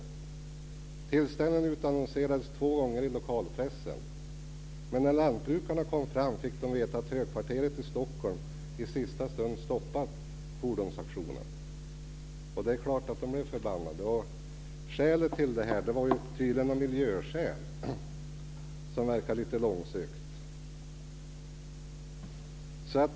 Tillställningen utannonserades två gånger i lokalpressen, men när lantbrukarna kom fram fick de veta att högkvarteret i Stockholm i sista stund stoppat fordonsauktionen. Det är klart att de blev förbannade. Det var tydligen av miljöskäl, som verkar lite långsökt.